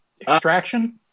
Extraction